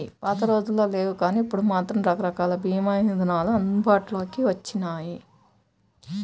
పాతరోజుల్లో లేవుగానీ ఇప్పుడు మాత్రం రకరకాల భీమా ఇదానాలు అందుబాటులోకి వచ్చినియ్యి